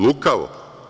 Lukavo.